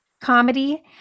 comedy